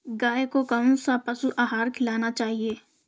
गाय को कौन सा पशु आहार खिलाना चाहिए?